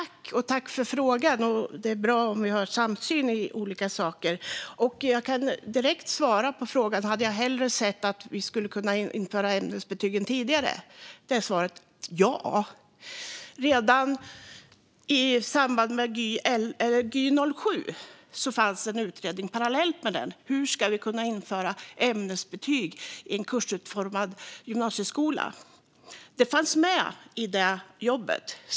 Fru talman! Jag tackar för frågan. Det är bra att vi har samsyn i olika saker. Jag kan direkt svara på frågan om jag hellre sett att ämnesbetygen införts tidigare. Svaret är ja. Redan i samband med Gy 2007 gjordes en parallell utredning om hur ämnesbetyg skulle införas i en kursutformad gymnasieskola. Det fanns med i jobbet.